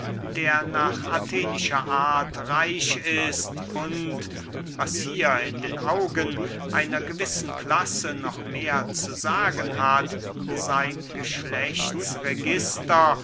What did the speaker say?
der nach athenischer art reich ist und was hier in den augen einer gewissen klasse noch mehr zu sagen hat sein